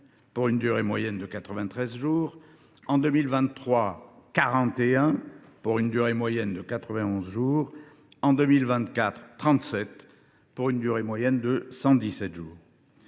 pour une durée moyenne de 93 jours ; en 2023, 41, pour une durée moyenne de 91 jours ; en 2024, 37 pour une durée moyenne de 117 jours